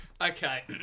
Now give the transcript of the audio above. Okay